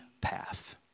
path